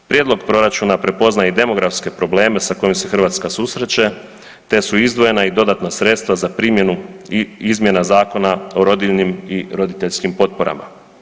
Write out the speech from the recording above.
Prijedlog proračuna prepoznaje i demografske probleme sa kojim se Hrvatska susreće, te su izdvojena i dodatna sredstva za primjenu i izmjena Zakona o rodiljnim i roditeljskim potporama.